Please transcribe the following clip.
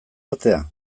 artea